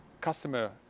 customer